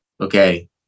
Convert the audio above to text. okay